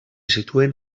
situen